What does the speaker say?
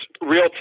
real